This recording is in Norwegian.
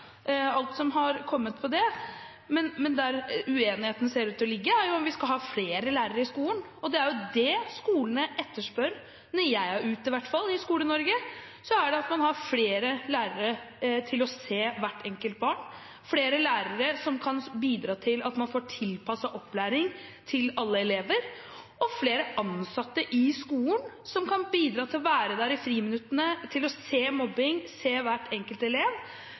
alt som har kommet der. Men der uenigheten ser ut til å ligge, er om vi skal ha flere lærere i skolen. Det er jo det skolene etterspør – i hvert fall når jeg er ute i Skole-Norge – at man har flere lærere til å se hvert enkelt barn, flere lærere som kan bidra til at man får tilpasset opplæring til alle elever, og flere ansatte i skolen som kan være der i friminuttene og se mobbing, se hver enkelt elev.